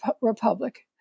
republic